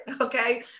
Okay